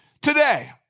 Today